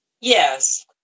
Yes